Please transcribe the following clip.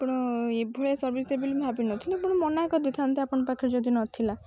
ଆପଣ ଏଭଳିଆ ସର୍ଭିସ୍ ଦେବ ବୋଲି ମୁଁ ଭାବିି ନଥିଲି ଆପଣ ମନା କରିଦେଇଥାନ୍ତେ ଆପଣ ପାଖରେ ଯଦି ନଥିଲା